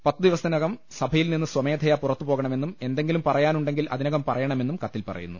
പത്ത് ദിവസത്തിനകുപ്പസഭയിൽ നിന്ന് സ്വമേ ധയാ പുറത്തുപോകണമെന്നും എന്തെങ്കിലും പറയാൻ ഉണ്ടെങ്കിൽ അതിനകം പറ യണമെന്നും കത്തിൽ പറയുന്നു